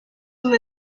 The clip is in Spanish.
una